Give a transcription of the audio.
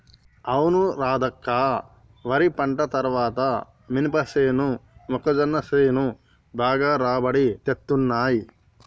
అవును రాధక్క వరి పంట తర్వాత మినపసేను మొక్కజొన్న సేను బాగా రాబడి తేత్తున్నయ్